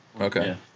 Okay